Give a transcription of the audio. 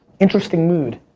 interesting mood.